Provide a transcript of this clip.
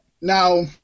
Now